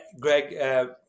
Greg